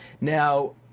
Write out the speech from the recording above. Now